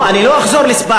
לא, אני לא אחזור לספרטה,